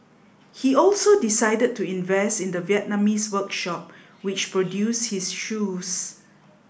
he also decided to invest in the Vietnamese workshop which produced his shoes